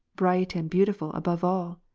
bright and beautiful above all.